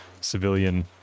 civilian